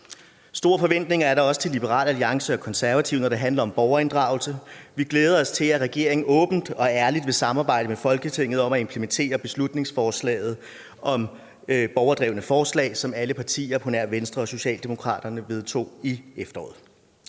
Store forventninger er der også til Liberal Alliance og Konservative, når det handler om borgerinddragelse. Vi glæder os til, at regeringen åbent og ærligt vil samarbejde med Folketinget om at implementere beslutningsforslaget om borgerdrevne forslag, som alle partier på nær Venstre og Socialdemokratiet vedtog i efteråret.